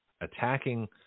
attacking